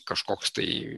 kažkoks tai